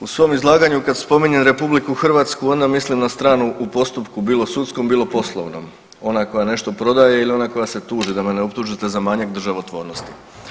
U svom izlaganju kad spominjem RH, onda mislim na stranu u postupku, bilo sudskom, bilo poslovnom, ona koja nešto prodaje ili ona koja se tuži, da me ne optužite za manjak državotvornosti.